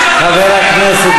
אולי תשתקו?